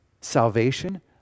salvation